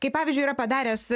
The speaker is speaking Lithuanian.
kaip pavyzdžiui yra padaręs